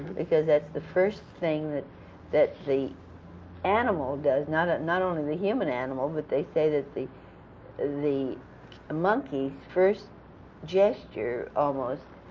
because that's the first thing that that the animal does, not ah not only the human animal, but they say the the monkey's first gesture, almost,